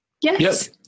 Yes